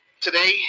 today